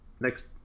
next